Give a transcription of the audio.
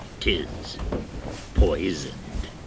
tis poison'd,